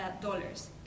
dollars